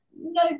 No